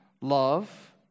love